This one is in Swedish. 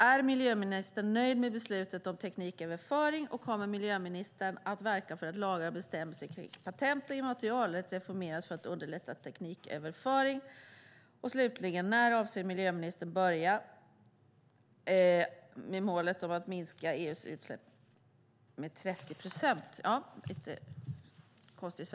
Är miljöministern nöjd med beslutet om tekniköverföring, och kommer miljöministern att verka för att lagar och bestämmelser kring patent och immaterialrätt reformeras för att underlätta tekniköverföring? När avser miljöministern att börja driva målet att minska EU:s utsläpp med 30 procent?